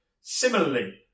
Similarly